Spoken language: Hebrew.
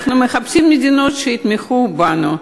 אנחנו מחפשים מדינות שיתמכו בנו.